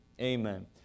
Amen